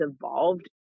evolved